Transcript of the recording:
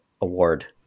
award